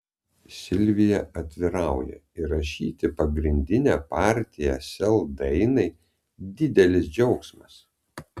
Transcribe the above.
silvija atvirauja įrašyti pagrindinę partiją sel dainai didelis džiaugsmas